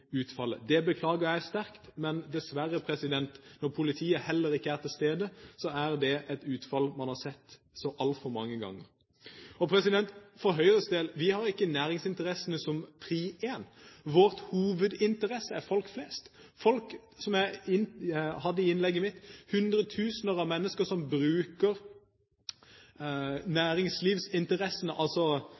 utfallet. Det beklager jeg sterkt, men dessverre, når politiet heller ikke er til stede, så er det et utfall man har sett så altfor mange ganger. For Høyres del har vi ikke næringsinteressene som prioritet nr. 1. Vår hovedinteresse er folk flest. Som jeg sa i hovedinnlegget mitt, er det de hundretusener av mennesker som bruker